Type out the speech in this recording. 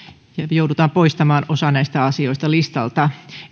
joudutaan poistamaan osa asioista listalta